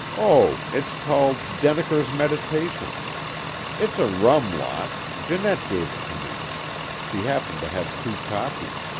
oh, it's called denneker's meditations it's a rum lot, janette gave it to me she happened to have two copies.